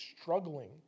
struggling